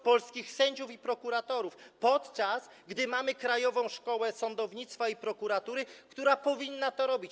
Polskich sędziów i prokuratorów, podczas gdy mamy Krajową Szkołę Sądownictwa i Prokuratury, która powinna to robić.